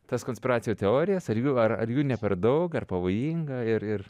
tas konspiracijos teorija ar jų ar jų ne per daug ar pavojinga ir ir